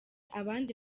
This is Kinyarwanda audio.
abandi